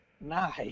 Nice